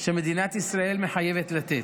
שמדינת ישראל מחייבת לתת.